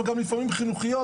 אבל גם לפעמים חינוכיות